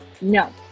No